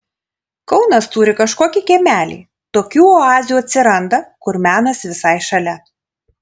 kaunas turi kažkokį kiemelį tokių oazių atsiranda kur menas visai šalia